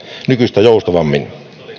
nykyistä joustavammin